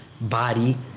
body